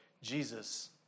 Jesus